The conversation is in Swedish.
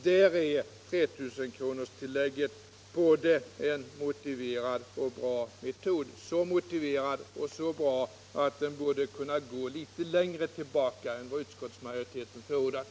— Där är 3 000-kronorstillägget en både motiverad och bra metod — så motiverad och bra att tillägget borde kunna gå litet längre tillbaka i tiden än utskottet förordar.